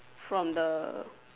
from the